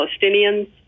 Palestinians